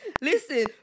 Listen